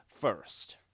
first